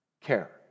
care